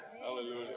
Hallelujah